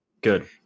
good